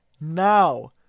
now